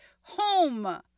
home